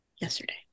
yesterday